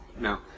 no